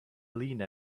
lena